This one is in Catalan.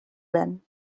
ven